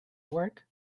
work